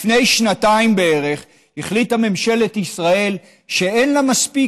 לפני שנתיים בערך החליטה ממשלת ישראל שאין לה מספיק